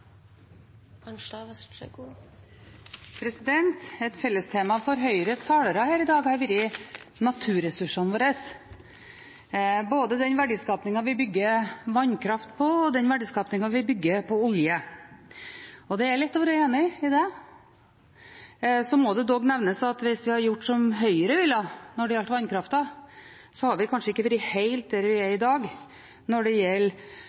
kan legge til for egen regning: De skulle aldri ha vært der. Et fellestema for Høyres talere her i dag har vært naturressursene våre, både den verdiskapingen vi bygger på vannkraft, og den verdiskapingen vi bygger på olje. Og det er lett å være enig i det. Så må det dog nevnes at hvis vi hadde gjort som Høyre ville når det gjaldt vannkraften, hadde vi kanskje ikke vært helt der vi er i dag, når det